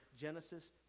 Genesis